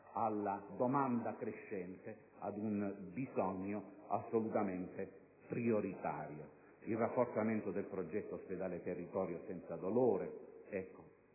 una domanda crescente e ad un bisogno assolutamente prioritario); il rafforzamento del progetto «ospedale e territorio senza dolore».